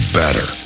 better